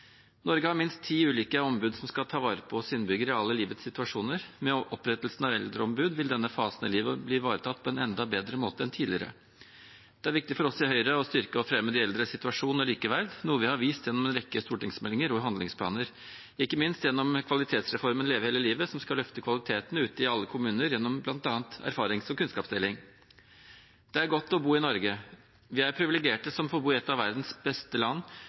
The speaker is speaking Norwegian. Norge har minst ti ulike ombud som skal ta vare på oss innbyggere i alle livets situasjoner. Med opprettelsen av et eldreombud vil denne fasen av livet bli ivaretatt på en enda bedre måte enn tidligere. Det er viktig for oss i Høyre å styrke og fremme de eldres situasjon og likeverd, noe vi har vist gjennom en rekke stortingsmeldinger og handlingsplaner, ikke minst gjennom kvalitetsreformen Leve hele livet, som skal løfte kvaliteten ute i alle kommuner gjennom bl.a. erfarings- og kunnskapsdeling. Det er godt å bo i Norge. Vi er privilegert som får bo i et av verdens beste land,